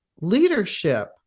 Leadership